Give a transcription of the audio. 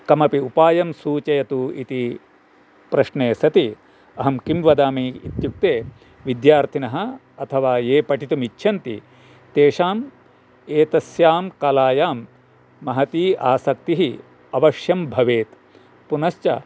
कमपि उपायं सूचयतु इति प्रश्ने सति अहं किं वदामि इत्युक्ते विद्यार्थिनः अथवा ये पठितुमिच्छन्ति तेषां एतस्यां कलायां महती आसक्तिः अवश्यं भवेत् पुनश्च